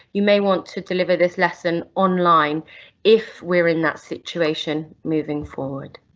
you may want to deliver this lesson online if we're in that situation moving forward.